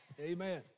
Amen